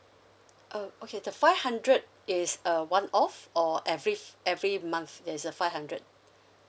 oh okay the five hundred is uh one-off or every every month there's a five hundred